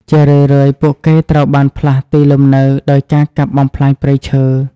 ជារឿយៗ ពួកគេត្រូវបានផ្លាស់ទីលំនៅដោយការកាប់បំផ្លាញព្រៃឈើ។